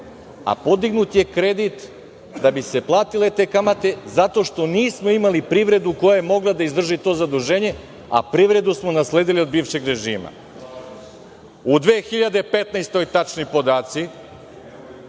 a podignut je kredit da bi se platile te kamate zato što nismo imali privredu koja je mogla da izdrži to zaduženje, a privredu smo nasledili od bivšeg režima.U 2015. godini, tačni podaci,